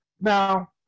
Now